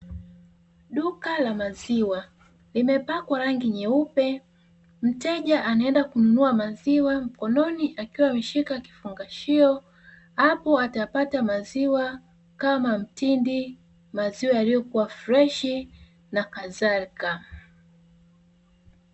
Duka la maziwa limepakwa rangi nyeupe, mteja anaenda kununua maziwa mkononi akiwa ameshika kifungashio. Hapo atapata maziwa kama mtindi, maziwa yaliyokuwa freshi na kadhalika.